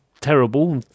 terrible